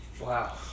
Wow